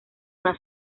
una